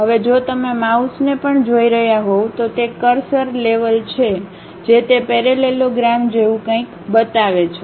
હવે જો તમે માઉસને પણ જોઈ રહ્યા હોવ તો તે કર્સર લેવલ છે જે તે પેરેલલોગ્રામ જેવું કંઈક બતાવે છે